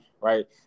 right